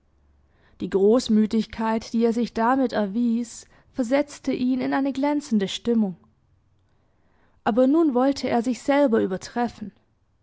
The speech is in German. die großmütigkeit die er sich damit erwies versetzte ihn in eine glänzende stimmung aber nun wollte er sich selber übertreffen